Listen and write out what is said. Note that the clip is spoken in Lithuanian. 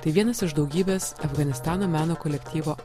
tai vienas iš daugybės afganistano meno kolektyvo